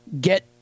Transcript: get